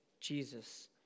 Jesus